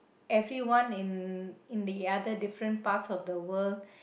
everyone in in the other different parts of the world